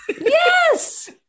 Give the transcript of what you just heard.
Yes